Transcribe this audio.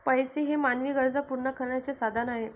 पैसा हे मानवी गरजा पूर्ण करण्याचे साधन आहे